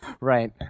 Right